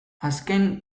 azken